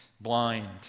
blind